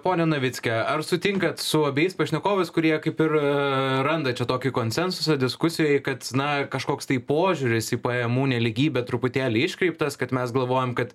pone navicke ar sutinkat su abiejais pašnekovais kurie kaip ir randa čia tokį konsensusą diskusijoj kad na kažkoks tai požiūris į pajamų nelygybę truputėlį iškreiptas kad mes galvojam kad